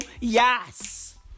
Yes